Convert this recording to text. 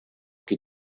qui